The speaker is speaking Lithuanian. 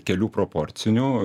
kelių proporcinių